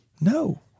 No